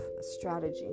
strategy